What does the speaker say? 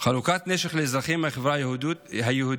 חלוקת נשק לאזרחים מהחברה היהודית